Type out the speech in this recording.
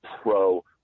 pro